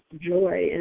joy